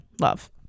love